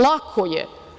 Lako je.